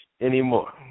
anymore